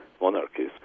monarchies